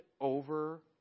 over